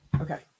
okay